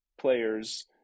players